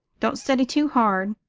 don't study too hard,